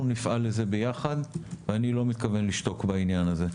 אנחנו נפעל לזה ביחד ואני לא מתכוון לשתוק בעניין הזה,